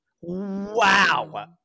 wow